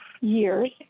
years